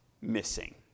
missing